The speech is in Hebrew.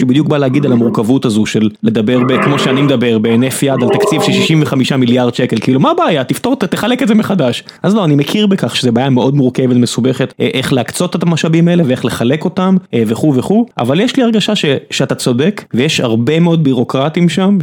שבדיוק בא להגיד על המורכבות הזו של לדבר כמו שאני מדבר בהינף יד על תקציב שישים וחמישה מיליארד שקל כאילו מה הבעיה תפתור תחלק את זה מחדש אז לא אני מכיר בכך שזה בעיה מאוד מורכבת מסובכת איך להקצות את המשאבים האלה ואיך לחלק אותם וכו וכו אבל יש לי הרגשה שאתה צודק ויש הרבה מאוד בירוקרטים שם.